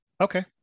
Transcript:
Okay